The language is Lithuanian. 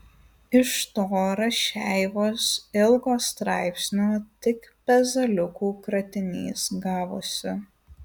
iš to rašeivos ilgo straipsnio tik pezaliukų kratinys gavosi